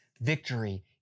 victory